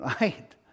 Right